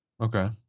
Okay